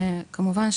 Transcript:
כמובן,